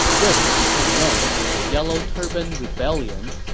this would become known as the yellow turban rebellion,